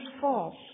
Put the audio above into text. false